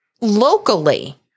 locally